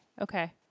Okay